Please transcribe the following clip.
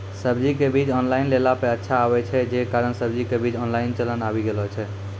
सब्जी के बीज ऑनलाइन लेला पे अच्छा आवे छै, जे कारण सब्जी के बीज ऑनलाइन चलन आवी गेलौ छै?